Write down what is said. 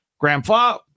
Grandpa